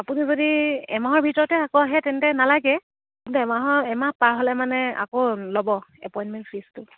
আপুনি যদি এমাহৰ ভিতৰতে আকৌ আহে তেন্তে নালাগে কিন্তু এমাহৰ এমাহ পাৰ হ'লে মানে আকৌ ল'ব এপইণ্টমেণ্ট ফিজটো